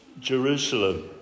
Jerusalem